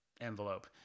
envelope